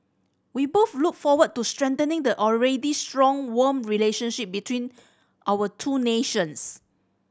we both look forward to strengthening the already strong warm relationship between our two nations